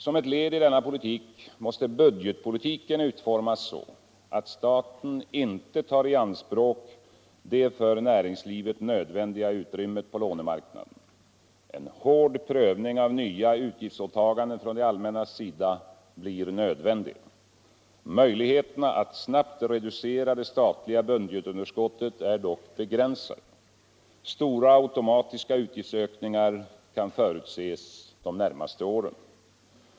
Som ett led i denna politik måste budgetpolitiken utformas så, att staten inte tar i anspråk det för näringslivet nödvändiga utrymmet på lånemarknaden. En hård prövning av nya utgiftsåtaganden från det allmännas sida blir nödvändig. Möjligheterna att snabbt reducera det statliga budgetunderskottet är dock begränsade. Stora automatiska utgiftsökningar kan förutses de närmaste åren.